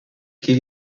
qui